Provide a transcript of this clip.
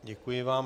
Děkuji vám.